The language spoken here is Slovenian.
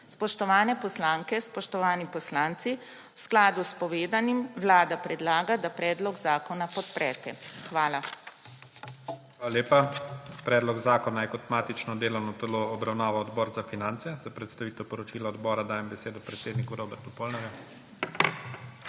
Spoštovane poslanke, spoštovani poslanci, v skladu s povedanim vlada predlaga, da predlog zakona podprete. Hvala. PREDSEDNIK IGOR ZORČIČ: Hvala lepa. Predlog zakona je kot matično delovno telo obravnaval Odbor za finance. Za predstavitev poročila odbora dajem besedo predsedniku Robertu Polnarju.